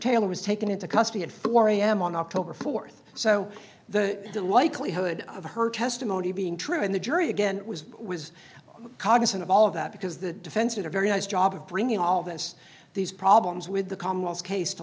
taylor was taken into custody at four am on october th so the likelihood of her testimony being true in the jury again was was cognizant of all of that because the defense did a very nice job of bringing all this these problems with the calmness case to